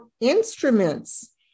instruments